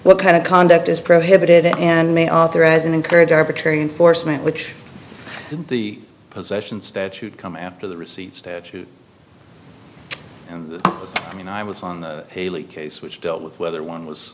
what kind of conduct is prohibited and may authorize and encourage arbitrary and forcemeat which the possession statute come after the receipt statute and you know i was on the case which dealt with whether one was